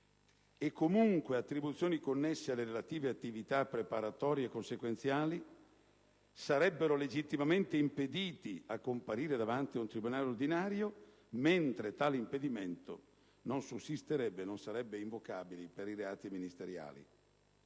e, comunque, attribuzioni connesse alle relative attività preparatorie consequenziali, sarebbero legittimamente impediti a comparire davanti ad un tribunale ordinario, mentre tale impedimento non sussisterebbe e non sarebbe invocabile per i reati ministeriali.